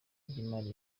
ry’imari